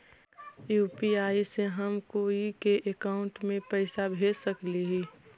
UPI से हम कोई के अकाउंट में पैसा भेज सकली ही?